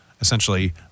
essentially